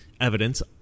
evidence